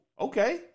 okay